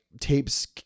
tapes